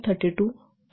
32 असते